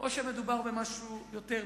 או שמדובר במשהו יותר מזה?